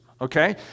okay